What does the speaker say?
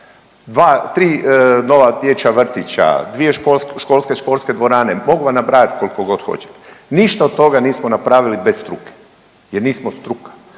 3 nova dječja vrtića, dvije školske sportske dvorane, mogu vam nabrajati koliko god hoćete. Ništa od toga nismo napravili bez struke jer nismo struka.